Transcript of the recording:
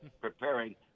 preparing